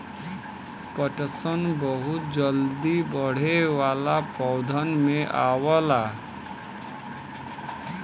पटसन बहुत जल्दी बढ़े वाला पौधन में आवला